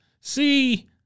see